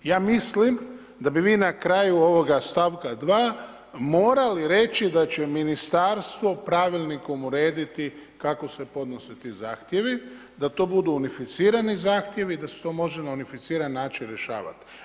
Ja mislim da bi vi na kraju ovoga stavka 2. morali reći da će ministarstvo pravilnikom urediti kako se podnose ti zahtjevi, da to budu unificirani zahtjevi i da se to može na unificiran način rješavat.